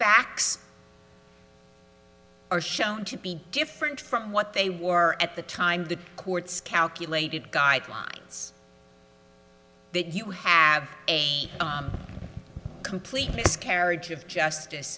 are shown to be different from what they wore at the time the court's calculated guidelines that you have a complete miscarriage of justice